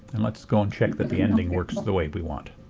and let's go and check that the ending works the way we want.